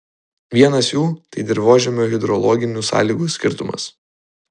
vienas jų tai dirvožemio hidrologinių sąlygų skirtumas